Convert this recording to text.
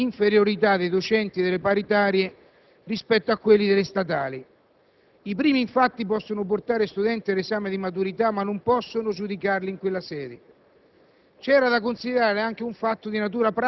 che sta lì quasi a sancire una sorta di inferiorità dei docenti delle scuole paritarie rispetto a quelli delle scuole statali. I primi, infatti, possono portare gli studenti all'esame di maturità, ma non possono giudicarli in quella sede.